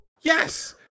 Yes